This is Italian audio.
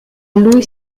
lui